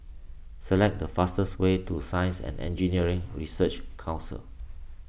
select the fastest way to Science and Engineering Research Council